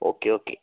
okay okay